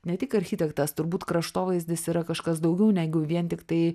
ne tik architektas turbūt kraštovaizdis yra kažkas daugiau negu vien tiktai